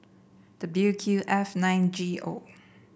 W Q F nine G O